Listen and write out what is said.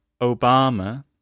Obama